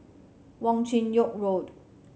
Wong Chin Yoke Road